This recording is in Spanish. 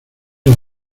una